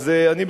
אז אני,